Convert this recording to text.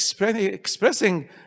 expressing